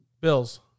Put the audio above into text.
Bills